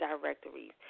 directories